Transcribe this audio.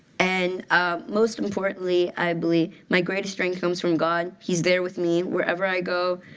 and ah most importantly, i believe my greatest strength comes from god. he's there with me wherever i go,